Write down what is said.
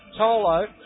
Tolo